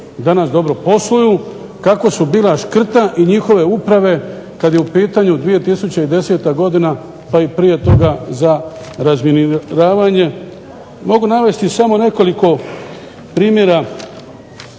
danas dobro posluju, kako su bila škrta i njihove uprave kada je u pitanju 2010. godina pa prije toga za razminiranje, mogu navesti samo nekoliko primjera